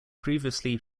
previously